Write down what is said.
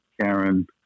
Karen